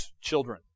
children